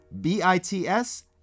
B-I-T-S